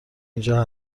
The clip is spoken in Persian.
اینجا